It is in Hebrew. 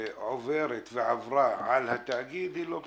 שעוברת ועברה על התאגיד היא לא פשוטה,